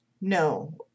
No